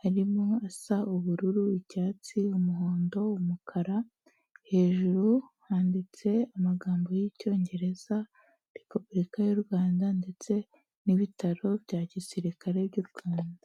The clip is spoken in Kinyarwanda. harimo asa ubururu, icyatsi, umuhondo, umukara, hejuru handitse amagambo y'Icyongereza Repubulika y'u Rwanda ndetse n'ibitaro bya gisirikare by'u Rwanda.